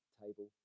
table